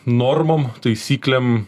normom taisyklėm